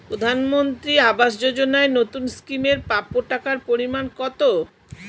প্রধানমন্ত্রী আবাস যোজনায় নতুন স্কিম এর প্রাপ্য টাকার পরিমান কত?